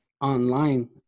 online